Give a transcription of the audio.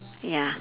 ya